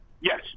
Yes